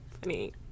funny